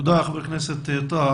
תודה, חבר הכנסת טאהא.